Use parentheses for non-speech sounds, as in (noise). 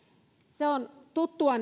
se on tuttua (unintelligible)